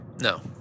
No